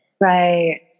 Right